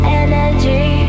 energy